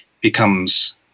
becomes